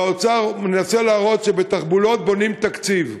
והאוצר מנסה להראות שבתחבולות בונים תקציב.